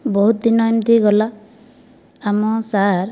ବହୁତ ଦିନ ଏମିତି ଗଲା ଆମ ସାର୍